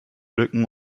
lücken